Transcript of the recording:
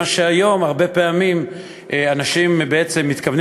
כי היום הרבה פעמים אנשים בעצם מתכוונים